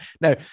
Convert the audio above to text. No